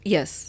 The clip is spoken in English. Yes